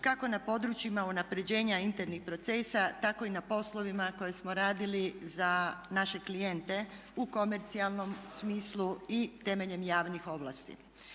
kako na područjima unapređenja internih procesa, tako i na poslovima koje smo radili za naše klijente u komercijalnom smislu i temeljem javnih ovlasti.